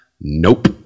Nope